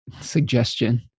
suggestion